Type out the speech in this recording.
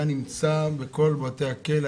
היה נמצא בכל בתי הכלא,